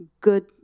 good